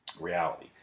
reality